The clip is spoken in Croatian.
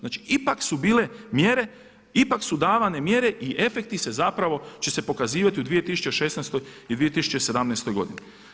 Znači ipak su bile mjere, ipak su davane mjere i efekti se zapravo, će se pokazivati u 2016. i 2017. godini.